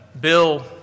Bill